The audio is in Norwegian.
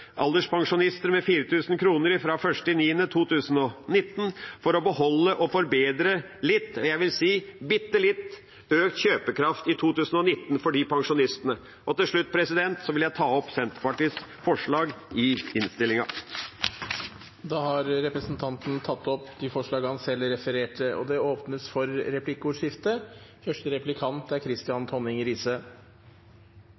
alderspensjonister med 4 000 kr fra 1. september 2019, for å beholde og forbedre, jeg vil si bitte litt, økt kjøpekraft i 2019 for disse pensjonistene. Til slutt vil jeg ta opp Senterpartiets forslag og forslaget vi har sammen med Sosialistisk Venstreparti i innstillingen. Da har representanten Per Olaf Lundteigen tatt opp de forslagene han refererte til. Det blir replikkordskifte. Uenigheten mellom Senterpartiet og